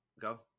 Go